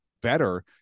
better